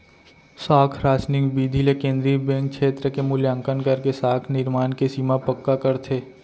साख रासनिंग बिधि ले केंद्रीय बेंक छेत्र के मुल्याकंन करके साख निरमान के सीमा पक्का करथे